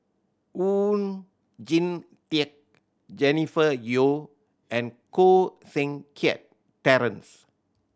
Oon Jin Teik Jennifer Yeo and Koh Seng Kiat Terence